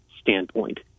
standpoint